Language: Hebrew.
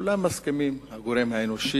כולם מסכימים לגבי הגורם האנושי,